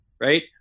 right